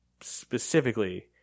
specifically